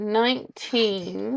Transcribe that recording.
nineteen